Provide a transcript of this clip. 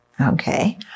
Okay